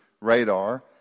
radar